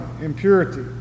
impurity